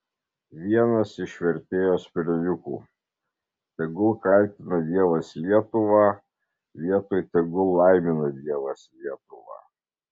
vienas iš vertėjos perliukų tegul kaltina dievas lietuvą vietoj tegul laimina dievas lietuvą